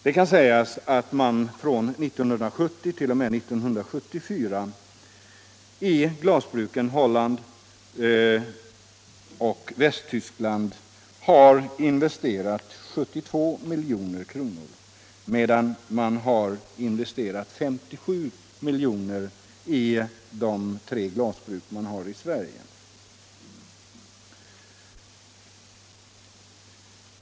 Det kan nämnas att man under åren 1970-1974 investerade 72 milj.kr. i glasbruk i Holland och Västtyskland, medan man investerade 57 milj.kr. i de tre glasbruk man har i Sverige.